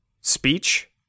speech